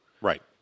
Right